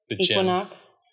Equinox